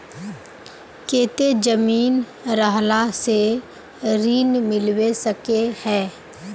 केते जमीन रहला से ऋण मिलबे सके है?